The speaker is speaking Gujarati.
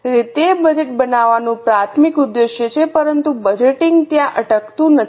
તેથી તે બજેટ બનાવવાનું પ્રાથમિક ઉદ્દેશ છે પરંતુ બજેટિંગ ત્યાં અટકતું નથી